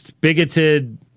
bigoted